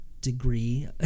degree